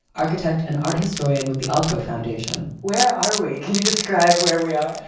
architect and art historian with the aalto foundation. where are we? can you describe where we are?